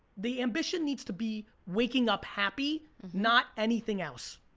the ambition needs to be waking up happy, not anything else.